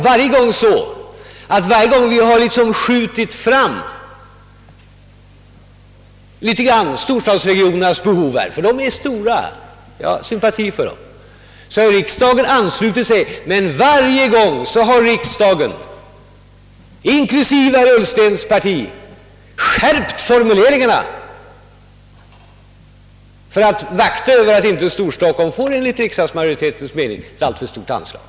Varje gång som vi har skjutit fram storstadsregionernas behov litet grand — de behoven är stora och jag har sympatier för dem — så har riksdagen anslutit sig till vår linje. Och varenda gång har riksdagen, inklusive herr Ullstens parti, skärpt formuleringarna för att bevaka att Storstockholm inte fick ett enligt riksdagsmajoritetens mening «alltför stort anslag.